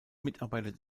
mitarbeiter